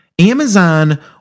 Amazon